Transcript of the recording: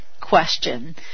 question